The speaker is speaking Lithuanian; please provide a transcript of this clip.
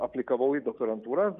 aplikavau į doktorantūrą